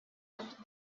off